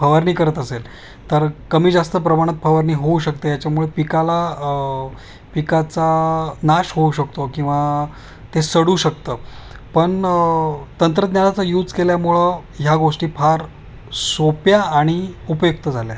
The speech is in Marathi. फवारणी करत असेल तर कमी जास्त प्रमाणात फवारणी होऊ शकते याच्यामुळे पिकाला पिकाचा नाश होऊ शकतो किंवा ते सडू शकतं पण तंत्रज्ञानाचा यूज केल्यामुळं ह्या गोष्टी फार सोप्या आणि उपयुक्त झाल्या